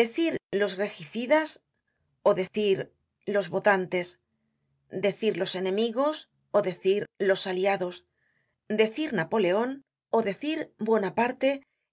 decir los regicidas ó decir los votantes decir los enemigos ó decir los aliados decir napoleon ó deir buonaparte